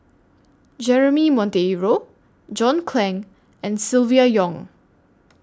Jeremy Monteiro John Clang and Silvia Yong